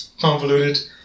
convoluted